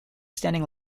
standing